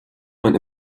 man